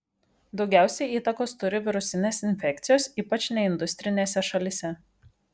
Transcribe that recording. daugiausiai įtakos turi virusinės infekcijos ypač neindustrinėse šalyse